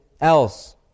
else